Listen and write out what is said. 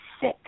sick